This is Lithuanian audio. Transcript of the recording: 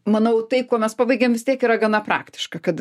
manau tai kuo mes pabaigėm vis tiek yra gana praktiška kad